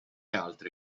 altre